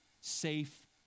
safe